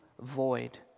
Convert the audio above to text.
void